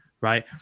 Right